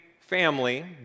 family